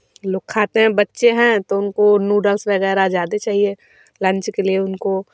लोग खाते हैं बच्चे हैं तो उनको नूडल्स वगैरह ज़्यादे चाहिए लंच के लिए उनको